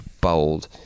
bold